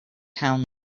town